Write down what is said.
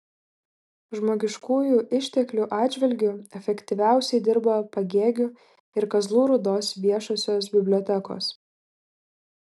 žmogiškųjų išteklių atžvilgiu efektyviausiai dirba pagėgių ir kazlų rūdos viešosios bibliotekos